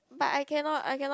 but I cannot I cannot